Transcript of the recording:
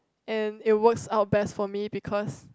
and it works out best for me because